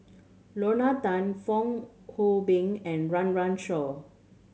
Lorna Tan Fong Hoe Beng and Run Run Shaw